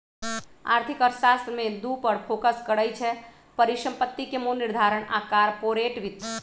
आर्थिक अर्थशास्त्र में दू पर फोकस करइ छै, परिसंपत्ति के मोल निर्धारण आऽ कारपोरेट वित्त